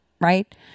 right